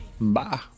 Bye